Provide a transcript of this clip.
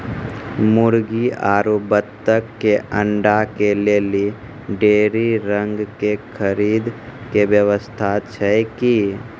मुर्गी आरु बत्तक के अंडा के लेली डेयरी रंग के खरीद के व्यवस्था छै कि?